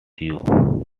you